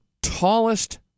tallest